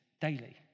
daily